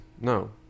No